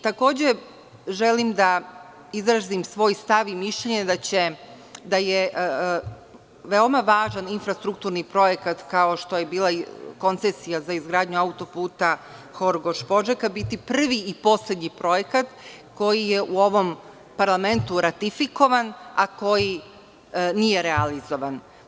Takođe želim da izrazim svoj stav i mišljenje da je veoma važan infrastrukturni projekat kao što je bila koncesija za izgradnju autoputa Horgoš-Požega, biti i privi poslednji projekat koji je u ovom parlamentu ratifikovan, a koji nije realizovan.